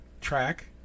track